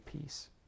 peace